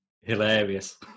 hilarious